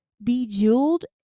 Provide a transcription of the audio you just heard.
Bejeweled